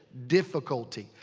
difficulty.